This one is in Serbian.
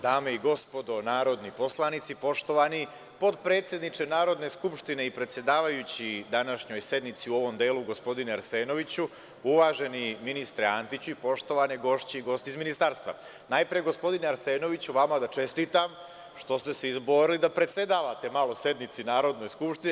Dame i gospodo narodni poslanici, poštovani potpredsedniče Narodne skupštine i predsedavajući današnjoj sednici u ovom delu, gospodine Arsenoviću, uvaženi ministre Antiću i poštovane gošće i gosti iz ministarstva, najpre gospodine Arsenoviću vama da čestitam što ste se izborili da predsedavate malo sednici Narodne skupštine.